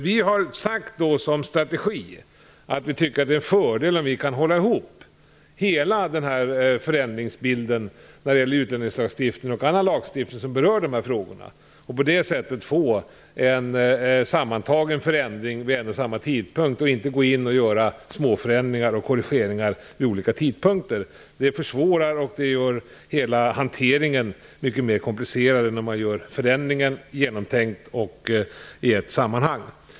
Vi har som strategi att det är en fördel om vi kan hålla ihop hela förändringsbilden när det gäller utlänningslagstiftning och annan lagstiftning som berör de här frågorna. På det sättet kan vi få en sammantagen förändring vid en och samma tidpunkt och behöver inte gå in och göra småförändringar och korrigeringar vid olika tidpunkter. Det försvårar och gör hela hanteringen mycket mer komplicerad än om man gör förändringen genomtänkt och i ett sammanhang.